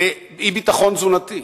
לאי-ביטחון תזונתי,